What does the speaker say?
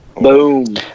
Boom